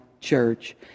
church